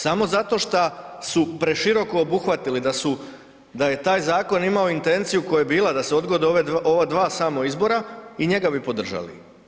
Samo zato šta su preširoko obuhvatili, da je taj zakon imao intenciju koja je bila da se odgode ova dva samo izbora i njega bi podržali.